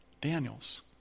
Daniels